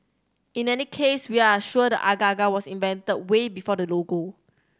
in any case we are sure the agar agar was invented way before the logo